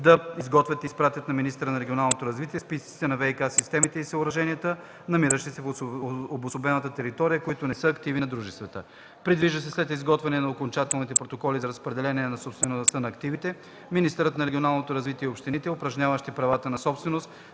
да изготвят и изпратят на министъра на регионалното развитие списъците на ВиК системите и съоръженията, намиращи се в обособената територия, които не са активи на дружествата. Предвижда се след изготвяне на окончателните протоколи за разпределение на собствеността на активите, министърът на регионалното развитие и общините, упражняващи правата на собственост